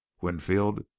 Winfield